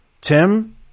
Tim